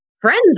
friends